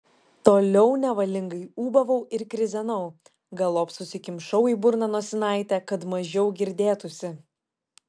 toliau nevalingai ūbavau ir krizenau galop susikimšau į burną nosinę kad mažiau girdėtųsi